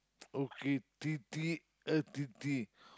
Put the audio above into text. okay tea tea a tea tea